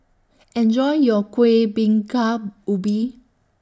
Enjoy your Kuih Bingka Ubi